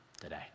today